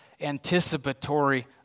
anticipatory